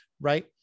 right